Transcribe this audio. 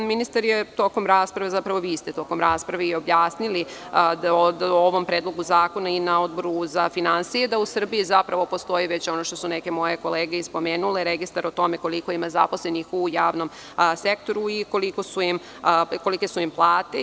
Ministar je tokom rasprave, zapravo vi ste tokom rasprave, objasnili ovaj Predlog zakona i na Odboru za finansije ste objasnili, da u Srbiji postoji ono što su već neke moje kolege i spomenuli, registar o tome koliko ima zaposlenih u javnom sektoru i kolike su im plate.